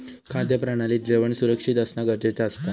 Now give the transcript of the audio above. खाद्य प्रणालीत जेवण सुरक्षित असना गरजेचा असता